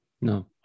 No